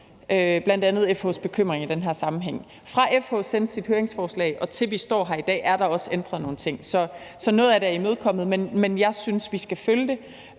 bl.a. FH's bekymring i den her sammenhæng. Fra FH sendte sit høringssvar, til vi står her i dag, er der også ændret nogle ting. Så noget af det er imødekommet. Men jeg synes, vi skal følge det,